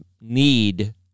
need